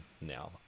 now